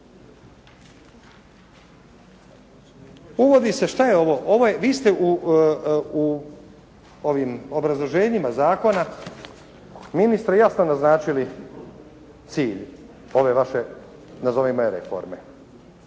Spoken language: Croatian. uvodi se, šta je ovo? Ovo je, vi ste u ovim obrazloženjima zakona ministre jasno naznačili cilj ove vaše nazovimo je ..